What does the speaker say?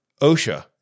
OSHA